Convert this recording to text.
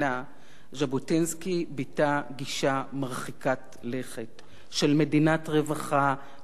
ז'בוטינסקי ביטא גישה מרחיקת לכת של מדינת רווחה מתקדמת מאוד.